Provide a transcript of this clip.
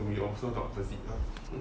could be also opposite ah